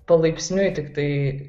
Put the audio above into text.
palaipsniui tiktai